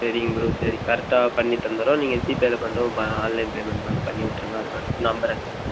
சரிங்க ப்ரோ சரி கரெக்டாக பண்ணித் தந்தடறோம் நீங்கள் ஜிபேயில் பண்ணுறோம் ப ஆன்லைன் பேமெண்ட் வந்து பண்ணி விட்ருங்க அட்வான்ஸு நம்பர் அனுப்புகிறேன்